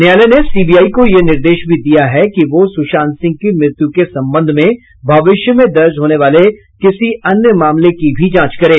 न्यायालय ने सीबीआई को ये निर्देश भी दिया कि वह सुशांत सिंह की मृत्यु के संबंध में भविष्य में दर्ज होने वाले किसी अन्य मामले की भी जांच करे